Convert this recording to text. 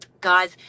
Guys